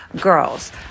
Girls